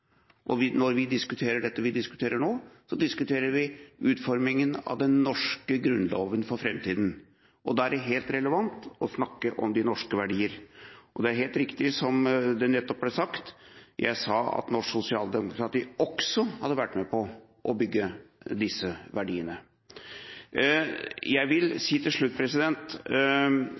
Når vi diskuterer det vi diskuterer nå, diskuterer vi utformingen av den norske grunnloven for framtiden. Da er det helt relevant å snakke om de norske verdier. Det er helt riktig som det nettopp ble sagt: Jeg sa at norsk sosialdemokrati også hadde vært med på å bygge disse verdiene. Jeg vil til slutt